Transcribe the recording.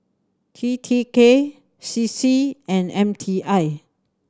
T T K C C and M T I